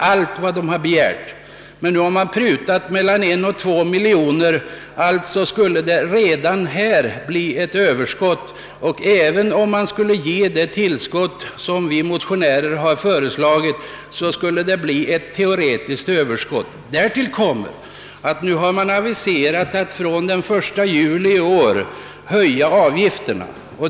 Nu har man emellertid prutat mellan 1 och 2 miljoner kronor. Redan därigenom skulle det alltså bli ett teoretiskt överskott, och även om patentverket får de ökade anslag som vi motionärer har föreslagit, så skulle ett överskott uppstå. Härtill kommer att det har aviserats en höjning av avgifterna från 1 juli i år.